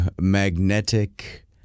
magnetic